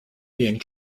being